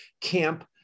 camp